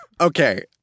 Okay